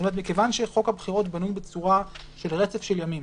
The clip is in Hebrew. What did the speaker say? מכיוון שחוק הבחירות בנוי בצורה של רצף של ימים,